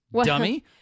dummy